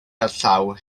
gerllaw